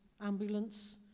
ambulance